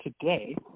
today